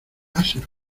láser